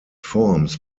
forms